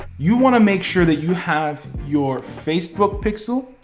you wanna make sure that you have your facebook pixel,